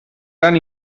gran